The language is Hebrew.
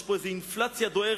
יש פה איזו אינפלציה דוהרת